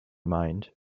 mind